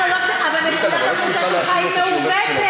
אבל נקודת המוצא שלך מעוותת.